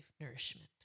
nourishment